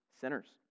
sinners